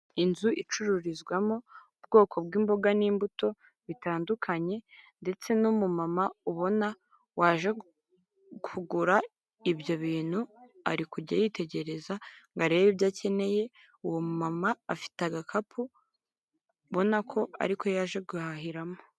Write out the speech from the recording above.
Inzu icururizwamo ubwoko bw'imboga n'imbuto bitandukanye ndetse n'umumama ubona waje kugura ibyo bintu ari kujya yitegereza ngo arebe ibyo akeneye, uwo mama afite agakapu ubonako ariko yaje guhahiramo.